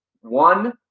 One